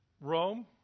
Rome